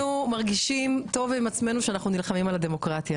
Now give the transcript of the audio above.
אנחנו מרגישים עם טוב עם עצמנו שאנחנו נלחמים על הדמוקרטיה,